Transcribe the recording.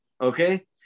okay